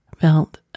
felt